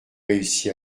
réussi